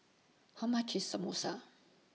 How much IS Samosa